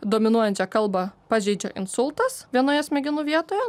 dominuojančią kalbą pažeidžia insultas vienoje smegenų vietoje